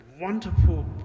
wonderful